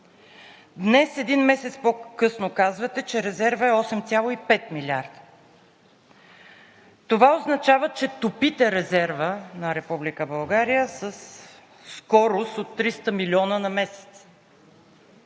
Днес, един месец по-късно, казвате, че резервът е 8,5 милиарда. Това означава, че топите резерва на Република България със скорост от 300 милиона на месец.